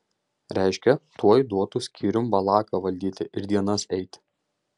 reiškia tuoj duotų skyrium valaką valdyti ir dienas eiti